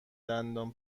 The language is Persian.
دندان